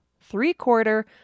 three-quarter